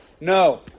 No